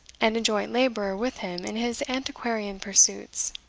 and a joint-labourer with him in his antiquarian pursuits.